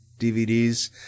DVDs